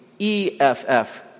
EFF